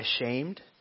ashamed